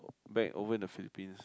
back over in the Philippines